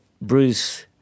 Bruce